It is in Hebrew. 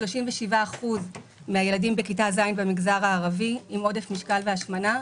37% מן הילדים בכיתה ז' במגזר הערבי עם עודף משקל והשמנה,